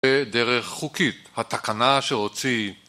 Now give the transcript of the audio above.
בדרך חוקית, התקנה שרוצים